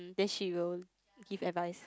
then she will give advice